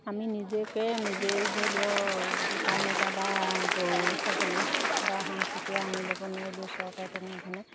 আমি নিজকে নিজে ধৰি ল সূতান এটা বা গৰু ছাগলী বা হাঁহ কুকুৰা আনি ল'ব নোৱাৰিলোঁ চৰকাৰে তেনেধৰণে